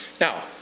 Now